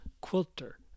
quilter